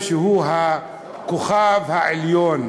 שהוא הכוכב העליון,